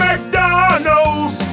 McDonald's